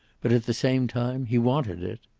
but at the same time he wanted it.